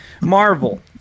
marvel